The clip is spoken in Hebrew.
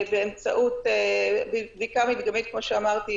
ועכשיו ביתר שאת כשאנחנו מדברים על פתיחה נוספת והקלה במגבלות,